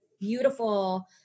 beautiful